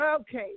Okay